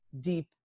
deep